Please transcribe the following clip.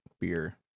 beer